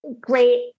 great